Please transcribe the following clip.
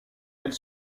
elle